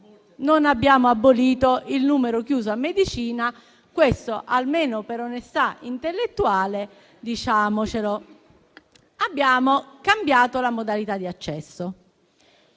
non abbiamo abolito il numero chiuso a medicina. E questo, almeno per onestà intellettuale, diciamocelo. Abbiamo cambiato la modalità di accesso